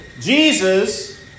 Jesus